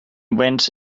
went